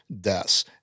deaths